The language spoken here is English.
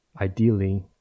ideally